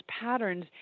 patterns